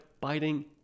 biting